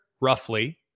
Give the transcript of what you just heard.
roughly